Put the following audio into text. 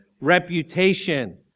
reputation